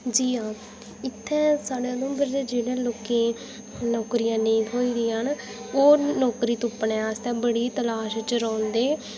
जी हां इत्थैं साढ़े उधमपुर च जि'नें लोकें गी नौकरियां नेईं थ्होई दियां न ओह् नौकरी तुप्पने आस्तै बड़ी तलाश च रौंह्दे